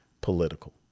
political